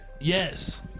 Yes